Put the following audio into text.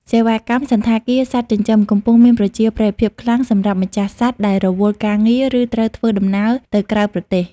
សេវាកម្មសណ្ឋាគារសត្វចិញ្ចឹម កំពុងមានប្រជាប្រិយភាពខ្លាំងសម្រាប់ម្ចាស់សត្វដែលរវល់ការងារ ឬត្រូវធ្វើដំណើរទៅក្រៅប្រទេស។